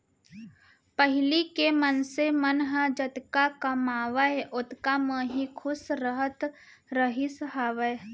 पहिली के मनसे मन ह जतका कमावय ओतका म ही खुस रहत रहिस हावय